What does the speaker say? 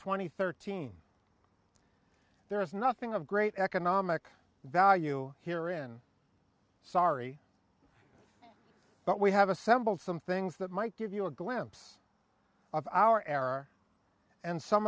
and thirteen there is nothing of great economic value here in sorry but we have assembled some things that might give you a glimpse of our era and some